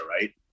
right